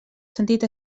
sentit